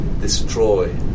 destroy